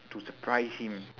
to surprise him